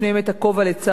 לא התאפשר להם,